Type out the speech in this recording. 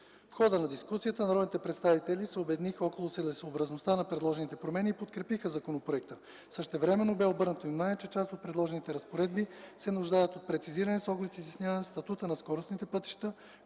В хода на дискусията народните представители се обединиха около целесъобразността на предложените промени и подкрепиха законопроекта. Същевременно бе обърнато внимание, че част от предложените разпоредби се нуждаят от прецизиране с оглед изясняване статута на скоростните пътища,